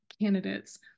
candidates